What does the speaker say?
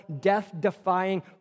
death-defying